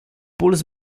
puls